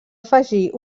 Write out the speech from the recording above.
afegir